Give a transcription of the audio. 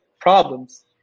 problems